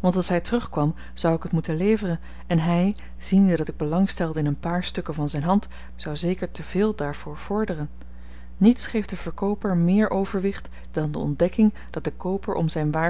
want als hy terugkwam zou ik het moeten leveren en hy ziende dat ik belang stelde in een paar stukken van zyn hand zou zeker te veel daarvoor vorderen niets geeft den verkooper meer overwicht dan de ontdekking dat de kooper om zyn waar